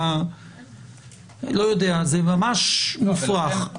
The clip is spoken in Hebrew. זה ממש מופרך.